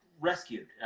rescued